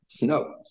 No